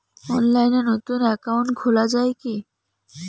অনলাইনে নতুন একাউন্ট খোলা য়ায় কি?